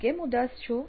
આપ કેમ ઉદાસ છો